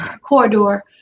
Corridor